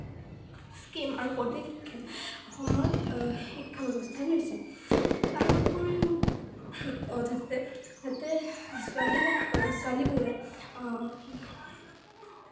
scheme আৰু পদক্ষেপ অসমৰ শিক্ষা ব্যৱস্থাই লৈছে তাৰোপৰিও যাতে ছোৱালী ছোৱালীবোৰে